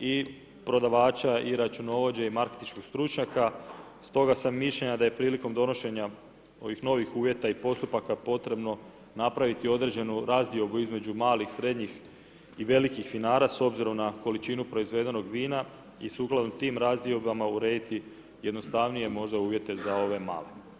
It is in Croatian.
i prodavača i računovođe i marketinškog stručnjaka, stoga sa mišljenja da je prilikom donošenja ovih novih uvjeta i postupaka potrebno napraviti određenu razdiobu između malih, srednjih i velikih vinara s obzirom na količinu proizvedenog vina i sukladno tim razdiobama urediti jednostavnije možda uvjete za ove male.